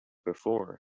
before